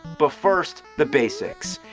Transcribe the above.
but first, the basics.